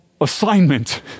assignment